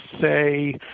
say